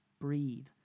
breathe